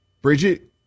Bridget